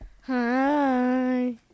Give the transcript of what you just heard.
Hi